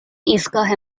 ایستگاه